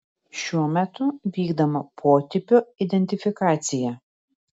šiuo metu vykdoma potipio identifikacija